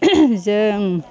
जों